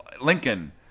Lincoln